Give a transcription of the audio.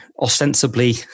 ostensibly